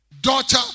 daughter